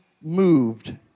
moved